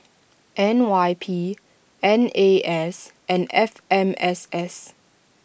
N Y P N A S and F M S S